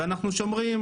אנחנו שומרים